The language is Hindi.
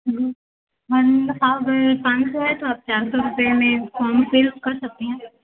चार सौ रुपये में फार्म फिल कर सकती हैं